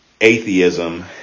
atheism